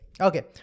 okay